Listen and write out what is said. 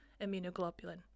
immunoglobulin